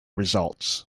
results